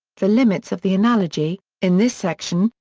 the limits of the analogy in this section,